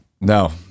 No